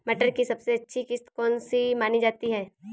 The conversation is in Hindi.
मटर की सबसे अच्छी किश्त कौन सी मानी जाती है?